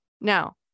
now